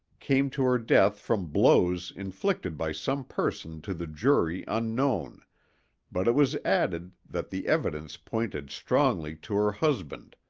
came to her death from blows inflicted by some person to the jury unknown but it was added that the evidence pointed strongly to her husband,